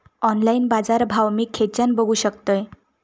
Online बाजारभाव मी खेच्यान बघू शकतय?